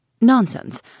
Nonsense